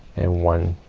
and one,